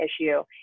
issue